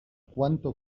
cuánto